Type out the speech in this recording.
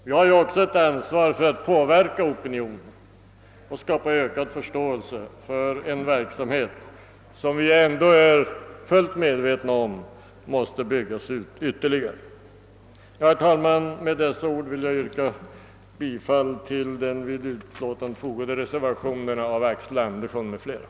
Vi har också ett ansvar för att påverka opinionen och skapa ökad förståelse för en verksamhet som ändå — det är vi fullt medvetna om — måste byggas ut ytterligare. Herr talman! Med det anförda vill jag yrka bifall till de vid utskottsutlåtandet fogade reservationerna 1 och 2 b av herr Axel Andersson m.fl.